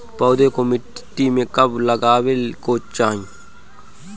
पौधे को मिट्टी में कब लगावे के चाही?